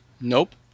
Nope